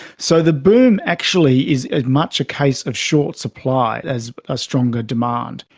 so the boom actually is as much a case of short supply as a stronger demand.